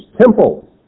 temple